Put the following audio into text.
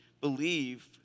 believe